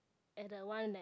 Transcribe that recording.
at the one that